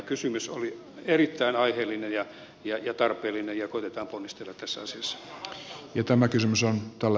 kysymys oli erittäin aiheellinen ja tarpeellinen ja koetetaan ponnistella tässä asiassa